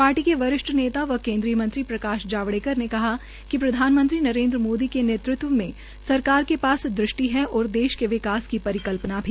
party के वरिष्ठ नेता व केन्द्रीय मंत्री प्रकाश जावड़ेकर ने कहा कि प्रधानमंत्री नरेन्द्र मोदी के नेतृत्व में सरकार के पास दृष्टि है और देश के विकास की परिकल्पना भी